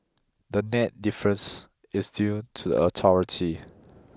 the net difference is due to the authority